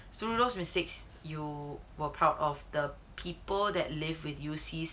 studious mistakes you were proud of the people that live with you sees